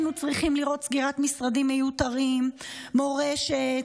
היינו צריכים לראות סגירת משרדים מיותרים: מורשת,